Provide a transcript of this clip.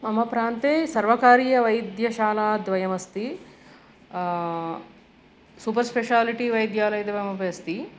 मम प्रान्ते सर्वकारीयवैद्यशालाद्वयमस्ति सुपर् स्पेशालिटि वैद्यालयं द्वयमपि अस्ति